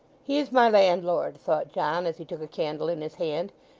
he's my landlord thought john, as he took a candle in his hand,